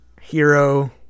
hero